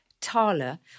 Tala